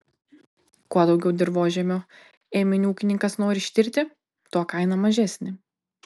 kuo daugiau dirvožemio ėminių ūkininkas nori ištirti tuo kaina mažesnė